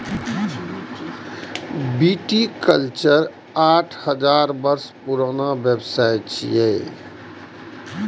viticulture आठ हजार वर्ष पुरान व्यवसाय छियै